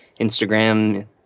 Instagram